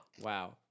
wow